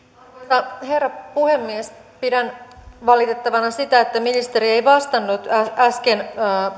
arvoisa herra puhemies pidän valitettavana sitä että ministeri ei vastannut äsken